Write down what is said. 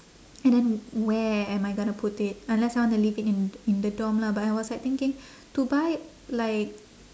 and then where am I gonna put it unless I want to leave it in in the dorm lah but I was like thinking to buy like